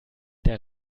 der